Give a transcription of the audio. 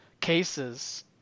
cases